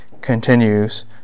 continues